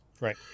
Right